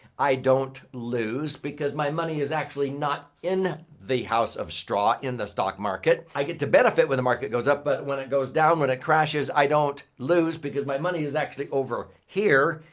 i don't lose because my money is actually not in the house of straw, in the stock market. i get to benefit when the market goes up but when it goes down, when it crashes i don't lose because my money is actually over here.